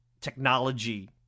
technology